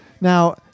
Now